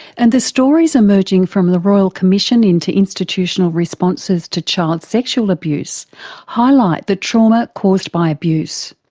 and the stories emerging from the royal commission into institutional responses to child sexual abuse highlight the trauma caused by abuse.